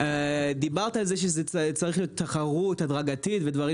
דיברת על זה שזה צריך להיות תחרות הדרגתית ודברים